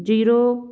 zero